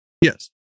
Yes